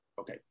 Okay